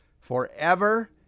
forever